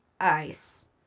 Ice